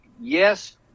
yes